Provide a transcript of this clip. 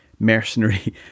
Mercenary